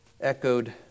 echoed